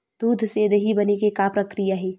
दूध से दही बने के का प्रक्रिया हे?